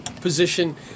position